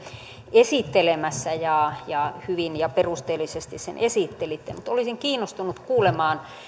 esittelemässä ja hyvin ja perusteellisesti sen esittelitte mutta olisin kiinnostunut kuulemaan